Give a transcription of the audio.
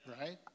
right